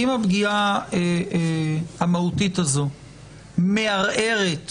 האם הפגיעה המהותית הזאת מערערת,